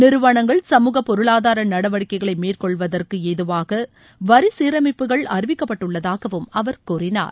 நிறுவனங்கள் சமூகப் பொருளாதார நடவடிக்கைகளை மேற்கொள்வதற்கு ஏதுவாக வரி சீரமைப்புகள் அறிவிக்கப்பட்டுள்ளதாக அவர் கூறினார்